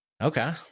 Okay